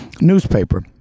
newspaper